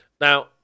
Now